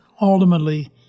ultimately